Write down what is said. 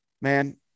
man